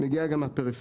מגיעה גם מהפריפריה.